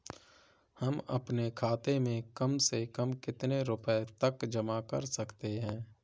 हम अपने खाते में कम से कम कितने रुपये तक जमा कर सकते हैं?